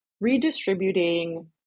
redistributing